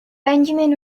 benjamin